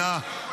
אותך.